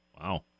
Wow